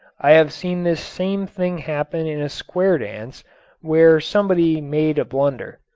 i have seen this same thing happen in a square dance where somebody made a blunder.